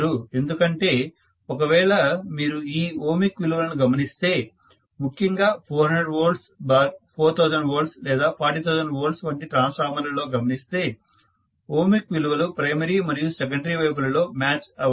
ఎందుకంటే ఒకవేళ మీరు ఈ ఓమిక్ విలువలను గమనిస్తే ముఖ్యముగా 400 V 4000V లేదా 40000 V వంటి ట్రాన్స్ఫార్మర్ లలో గమనిస్తే ఓమిక్ విలువలు ప్రైమరీ మరియు సెకండరీ వైపు లలో మ్యాచ్ అవవు